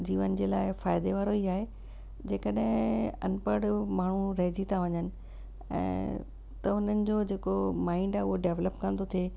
जीवन जे लाइ फ़ाइदे वारो ई आहे जेकॾहिं अनपढ़ माण्हू रहजी था वञनि ऐं त उन्हनि जो जेको माइंड आहे उहो डेवलप कोन थो थिए